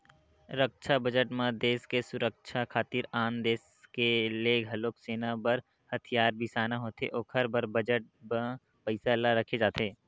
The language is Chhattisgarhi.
रक्छा बजट म देस के सुरक्छा खातिर आन देस ले घलोक सेना बर हथियार बिसाना होथे ओखर बर बजट म पइसा ल रखे जाथे